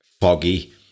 foggy